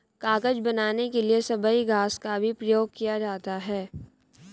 कागज बनाने के लिए सबई घास का भी प्रयोग किया जाता है